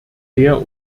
der